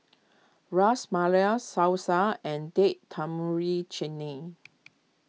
Ras Malai Salsa and Date Tamarind Chim lee